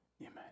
amen